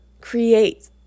create